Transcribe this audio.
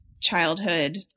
childhood